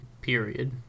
period